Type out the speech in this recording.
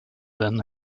van